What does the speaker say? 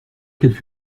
qu’elle